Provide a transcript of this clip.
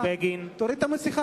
תוריד את המסכה.